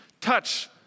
touch